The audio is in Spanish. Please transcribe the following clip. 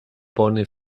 pone